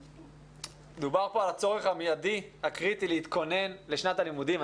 דובר פה על הצורך המיידי הקריטי להתכונן לשנת הלימודים.